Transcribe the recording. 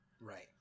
Right